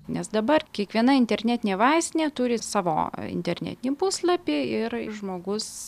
nes dabar kiekviena internetinė vaistinė turi savo internetinį puslapį ir žmogus